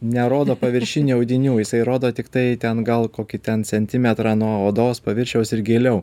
nerodo paviršinių audinių jisai rodo tiktai ten gal kokį ten centimetrą nuo odos paviršiaus ir giliau